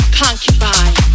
concubine